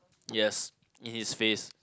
yes in his face